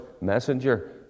messenger